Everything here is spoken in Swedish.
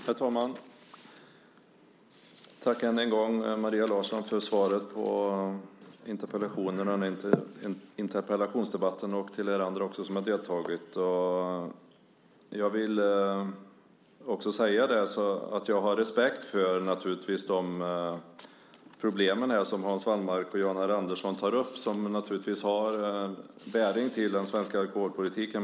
Herr talman! Tack än en gång, Maria Larsson, för svaret på interpellationen! Tack också till er andra som har deltagit i interpellationsdebatten. Jag vill säga att jag naturligtvis har respekt för de problem som Hans Wallmark och Jan R Andersson tar upp och som har bäring på den svenska alkoholpolitiken.